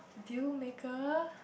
deal maker